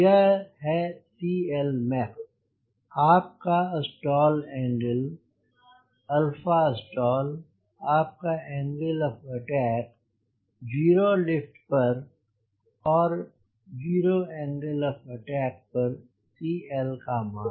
यह है CLmax आप का स्टॉल एंगल stall आपका एंगल ऑफ़ अटैक 0 लिफ्ट पर और कि 0 एंगल ऑफ़ अटैक पर CL का मान